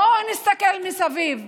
בואו נסתכל מסביב: